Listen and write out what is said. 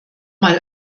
mal